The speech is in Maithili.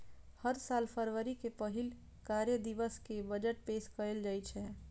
हर साल फरवरी के पहिल कार्य दिवस कें बजट पेश कैल जाइ छै